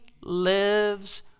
lives